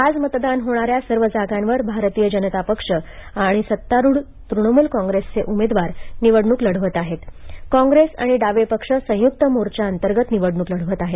आज मतदान होणाऱ्या सर्व जागांवर भारतीय जनता पार्टी आणि सत्तारूढ तृणमूल कॉंग्रेसचे उमेदवार निवडणूकलढवत आहेत तर कॉंग्रेस आणि डावे पक्ष संयुक्त मोर्चाअंतर्गत निवडणूक लढवत आहेत